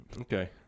Okay